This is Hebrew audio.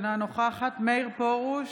אינה נוכחת מאיר פרוש,